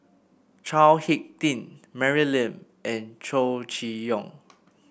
Chao HicK Tin Mary Lim and Chow Chee Yong